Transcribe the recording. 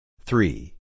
Three